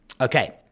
Okay